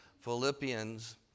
Philippians